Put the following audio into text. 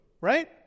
right